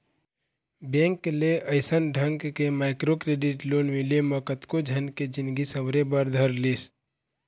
bank ले अइसन ढंग के माइक्रो क्रेडिट लोन मिले म कतको झन के जिनगी सँवरे बर धर लिस